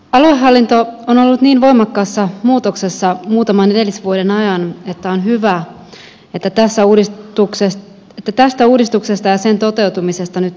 aluehallinto on ollut niin voimakkaassa muutoksessa muutaman edellisvuoden ajan että on hyvä että tästä uudistuksesta ja sen toteutumisesta nyt keskustellaan